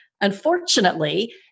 Unfortunately